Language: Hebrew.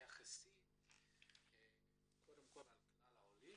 שתתייחסי ראשית לגבי כלל העולם